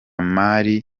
mali